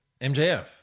MJF